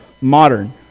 modern